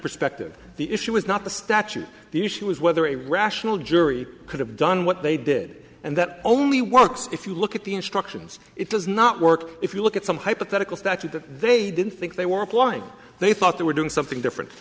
perspective the issue is not the statute the issue is whether a rational jury could have done what they did and that only works if you look at the instructions it does not work if you look at some hypothetical statute that they didn't think they were applying they thought they were doing something different